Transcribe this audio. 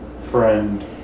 friend